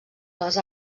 les